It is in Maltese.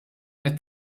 qed